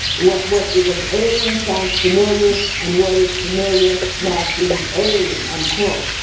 what what it was alien sounds familiar, and what is familiar now seems alien. unquote.